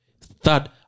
Third